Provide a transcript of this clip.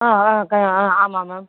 ஆ ஆ ஆ ஆமாம் மேம்